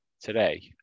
today